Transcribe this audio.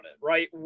right